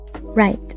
Right